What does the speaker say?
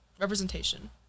Representation